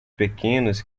pequenos